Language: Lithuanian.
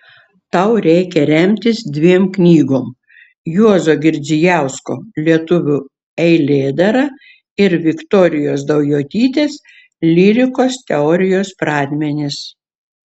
tau reikia remtis dviem knygom juozo girdzijausko lietuvių eilėdara ir viktorijos daujotytės lyrikos teorijos pradmenys